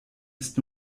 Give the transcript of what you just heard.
ist